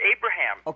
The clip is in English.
Abraham